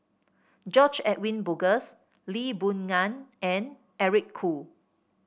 George Edwin Bogaars Lee Boon Ngan and Eric Khoo